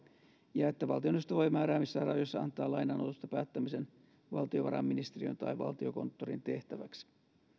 ja että valtioneuvosto voi määräämissään rajoissa antaa lainanotosta päättämisen valtiovarainministeriön tai valtiokonttorin tehtäväksi